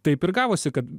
taip ir gavosi kad